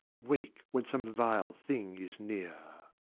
wake when some vile thing is near.